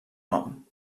nom